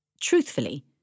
Truthfully